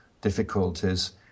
difficulties